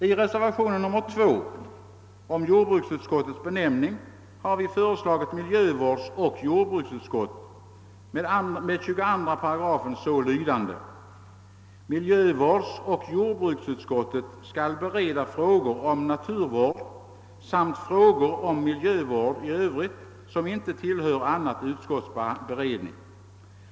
I reservationen 2 om jordbruksutskottets benämning har vi föreslagit namnet miljövårdsoch jordbruksutskottet och följande lydelse av 22 8: »Miljövårdsoch =:jordbruksutskottet skall bereda frågor om naturvård samt frågor om miljövård i övrigt som inte tillhör annat utskotts beredning.